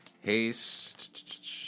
Haste